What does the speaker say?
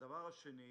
שנית,